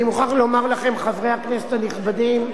אני מוכרח לומר לכם, חברי הכנסת הנכבדים,